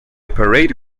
parade